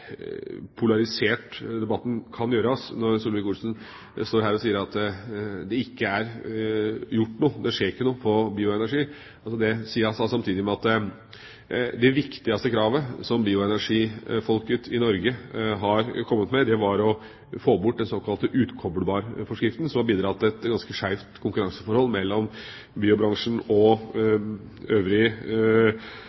polarisert debatten kan gjøres, når Solvik-Olsen sier at det ikke er gjort noe, det skjer ikke noe på bioenergi. Det sier han samtidig som at det viktigste kravet som bioenergifolket i Norge har kommet med, var å få bort den såkalte utkoblbarforskriften som har bidratt til et ganske skeivt konkurranseforhold mellom biobransjen og